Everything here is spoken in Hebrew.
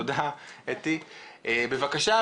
בבקשה,